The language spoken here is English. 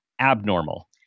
abnormal